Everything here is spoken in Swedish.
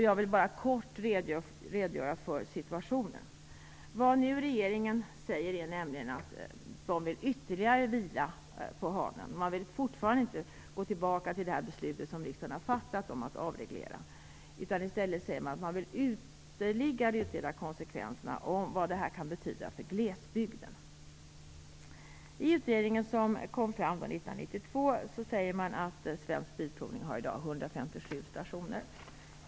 Jag vill kort redogöra för situationen. Vad regeringen säger nu är nämligen att man vill vila på hanen ytterligare. Man vill fortfarande inte gå tillbaka till det beslut om att avreglera som riksdagen har fattat. I stället säger man att man ytterligare vill utreda konsekvenserna för glesbygden. I den utredning som kom fram 1992 sägs det att Svensk Bilprovning hade 157 stationer.